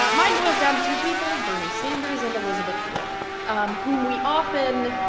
but mine boils down to two people, bernie sanders and elizabeth warren, um whom we often,